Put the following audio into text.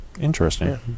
Interesting